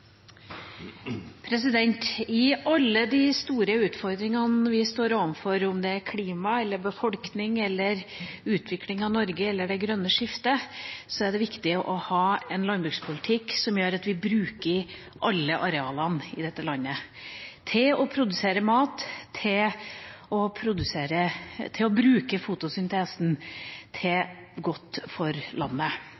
klima eller befolkning eller utvikling av Norge eller det grønne skiftet, er det viktig å ha en landbrukspolitikk som gjør at vi bruker alle arealene i dette landet til å produsere mat og bruker fotosyntesen til det gode for landet. Det er viktig å ha langsiktighet, det er viktig å